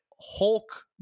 Hulk